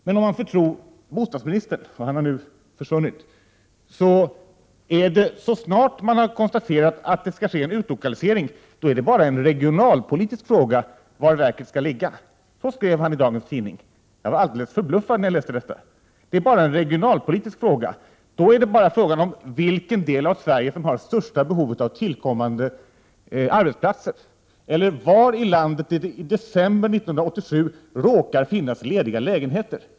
Men om man får tro bostadsministern, som nu har försvunnit från kammaren, är frågan om var verket skall ligga, så snart man har konstaterat att en utlokalisering skall ske, bara en regionalpolitisk fråga. Så skriver han i dagens tidning. Jag blev alldeles förbluffad när jag läste detta. Det är bara en regionalpolitisk fråga! Det är alltså bara fråga om vilken del av Sverige som har det största behovet av tillkommande arbetsplatser eller var i landet det i december 1987 råkar finnas lediga lägenheter.